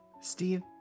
steve